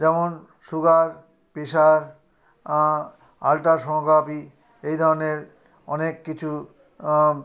যেমন sugar pressure ultrasonography এই ধরনের অনেক কিছু